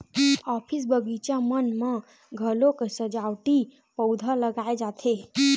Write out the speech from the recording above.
office, बगीचा मन म घलोक सजावटी पउधा लगाए जाथे